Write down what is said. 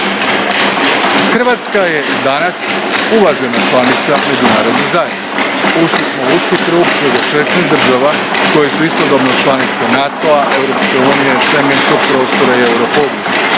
Hrvatska je danas uvažena članica međunarodne zajednice. Ušli smo u uski krug svega 16 država koje su istodobno članice NATO-a, Europske unije, Schengenskog prostora i europodručja.